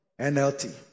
NLT